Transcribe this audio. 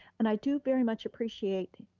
and i do very much appreciate,